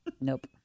Nope